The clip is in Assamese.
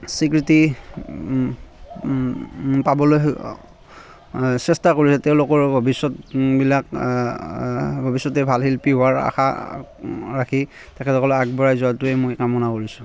স্বীকৃতি পাবলৈ অঁ চেষ্টা কৰি আছে তেওঁলোকৰ ভৱিষ্যতবিলাক ভৱিষ্যতে ভাল শিল্পী হোৱাৰ আশা ৰাখি তেখেতসকলে আগবাঢ়ি যোৱাটোৱেই মই কামনা কৰিছোঁ